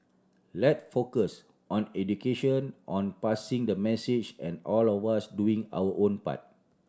let focus on education on passing the message and all of us doing our own part